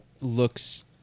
looks